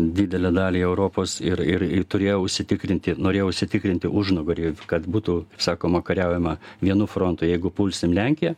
didelę dalį europos ir ir turėjo užsitikrinti norėjo užsitikrinti užnugarį kad būtų sakoma kariaujama vienu frontu jeigu pulsim lenkiją